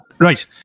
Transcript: Right